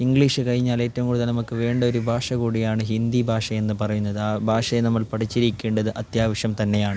English കഴിഞ്ഞാൽ ഏറ്റവും കൂടുതൽ നമുക്ക് വേണ്ടൊരു ഭാഷ കൂടിയാണ് ഹിന്ദി ഭാഷയെന്ന് പറയുന്നത് ഭാഷയെ നമ്മൾ പഠിച്ചിരിക്കേണ്ടത് അത്യാവശ്യം തന്നെയാണ്